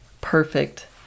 perfect